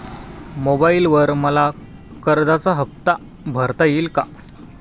मोबाइलवर मला कर्जाचा हफ्ता भरता येईल का?